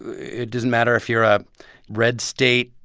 it doesn't matter if you're a red state,